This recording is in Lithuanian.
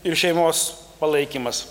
ir šeimos palaikymas